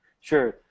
Sure